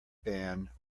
band